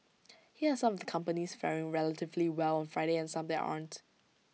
here are some companies faring relatively well on Friday and some that aren't